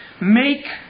make